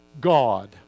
God